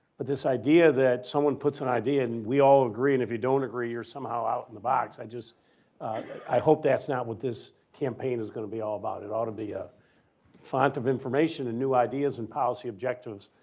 but this idea that someone puts an idea and we all agree and if you don't agree, you're somehow out in the box. i hope that's not what this campaign is going to be all about. it ought to be a font of information and new ideas and policy objectives.